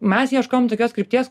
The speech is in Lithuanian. mes ieškojom tokios krypties